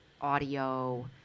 audio